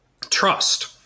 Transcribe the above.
trust